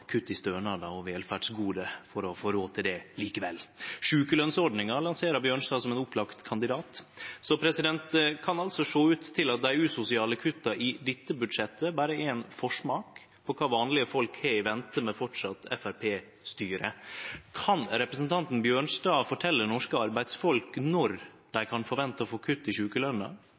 kutt i stønader og velferdsgode for å få råd til det likevel. Sjukelønsordninga lanserer Bjørnstad som ein opplagt kandidat. Det kan altså sjå ut til at dei usosiale kutta i dette budsjettet berre er ein forsmak på kva vanlege folk har i vente med fortsatt Framstegsparti-styre. Kan representanten Bjørnstad fortelje norske arbeidsfolk når dei kan vente å få kutt i